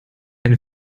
eine